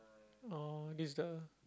orh this the